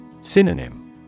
Synonym